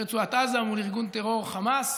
ברצועת עזה, מול ארגון טרור, חמאס,